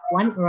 one